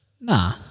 Nah